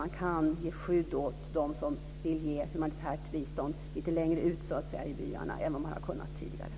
Man kan ge skydd åt dem som vill ge humanitärt bistånd så att säga lite längre ut i byarna än vad man tidigare har kunnat göra.